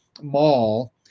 mall